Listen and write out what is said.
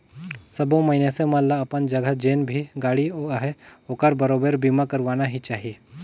सबो मइनसे मन ल अपन जघा जेन भी गाड़ी अहे ओखर बरोबर बीमा करवाना ही चाही